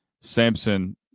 Samson